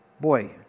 Boy